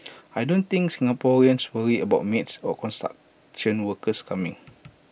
I don't think Singaporeans worry about maids or construction workers coming